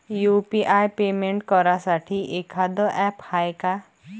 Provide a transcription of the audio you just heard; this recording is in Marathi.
यू.पी.आय पेमेंट करासाठी एखांद ॲप हाय का?